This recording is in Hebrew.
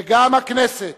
וגם הכנסת,